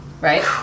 right